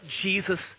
Jesus